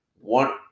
One